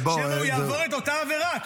שמא הוא יעבור את אותה עבירה.